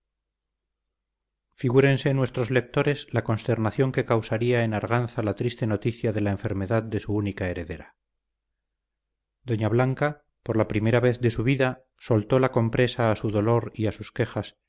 figúrense nuestros lectores la consternación que causaría en arganza la triste noticia de la enfermedad de su única heredera doña blanca por la primera vez de su vida soltó la compresa a su dolor y a sus quejas